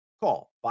Call